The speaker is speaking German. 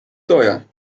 teuer